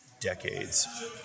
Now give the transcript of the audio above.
decades